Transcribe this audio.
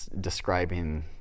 describing